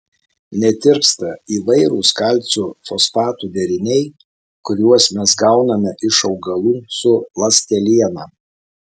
netirpsta įvairūs kalcio fosfatų deriniai kuriuos mes gauname iš augalų su ląsteliena